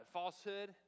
falsehood